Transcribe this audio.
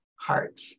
heart